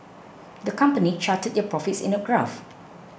the company charted their profits in a graph